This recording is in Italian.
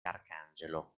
arcangelo